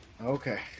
Okay